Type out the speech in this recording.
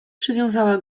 przywiązała